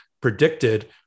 predicted